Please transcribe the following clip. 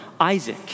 Isaac